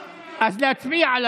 חבר'ה, תנו לי לשמוע את